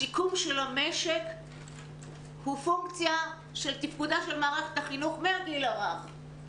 השיקום של המשק הוא פונקציה של תפקודה של מערכת החינוך מהגיל הרך.